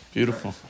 Beautiful